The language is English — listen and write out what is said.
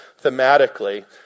thematically